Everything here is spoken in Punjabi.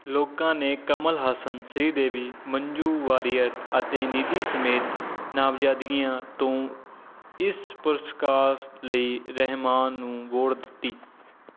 ਲੋਕਾਂ ਨੇ ਕਮਲ ਹਸਨ ਸ਼੍ਰੀਦੇਵੀ ਮੰਜੂ ਵਾਰੀਅਰ ਅਤੇ ਨਿਧੀ ਸਮੇਤ ਨਾਮਜ਼ਦਗੀਆਂ ਤੋਂ ਇਸ ਪੁਰਸਕਾਰ ਲਈ ਰਹਿਮਾਨ ਨੂੰ ਵੋਟ ਦਿੱਤੀ